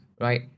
right